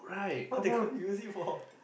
what they got to use it for